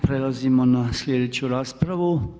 Prelazimo na sljedeću raspravu.